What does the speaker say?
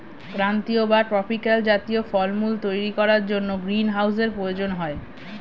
ক্রান্তীয় বা ট্রপিক্যাল জাতীয় ফলমূল তৈরি করার জন্য গ্রীনহাউসের প্রয়োজন হয়